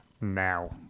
now